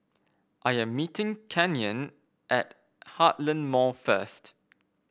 I am meeting Canyon at Heartland Mall first